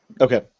Okay